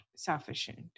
Sufficient